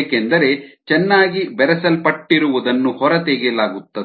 ಏಕೆಂದರೆ ಚೆನ್ನಾಗಿ ಬೆರೆಸಲ್ಪಟ್ಟಿರುವದನ್ನು ಹೊರತೆಗೆಯಲಾಗುತ್ತದೆ